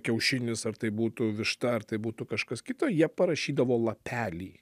kiaušinis ar tai būtų višta ar tai būtų kažkas kito jie parašydavo lapelį